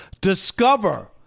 Discover